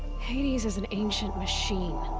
hades is an ancient machine.